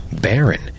Baron